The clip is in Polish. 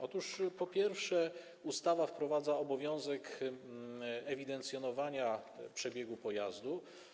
Otóż, po pierwsze, ustawa wprowadza obowiązek ewidencjonowania przebiegu pojazdu.